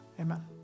Amen